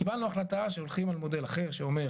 קיבלנו החלטה שהולכים על מודל אחר שאומר